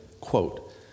Quote